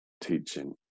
teaching